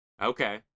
Okay